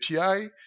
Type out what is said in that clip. API